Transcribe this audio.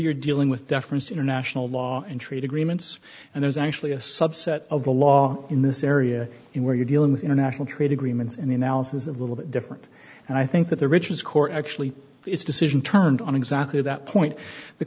you're dealing with deference to international law and trade agreements and there's actually a subset of the law in this area where you're dealing with international trade agreements and the analysis of a little bit different and i think that the riches court actually its decision turned on exactly that point the